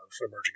emerging